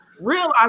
realize